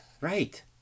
Right